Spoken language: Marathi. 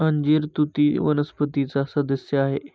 अंजीर तुती वनस्पतीचा सदस्य आहे